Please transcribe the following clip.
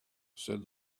said